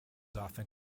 often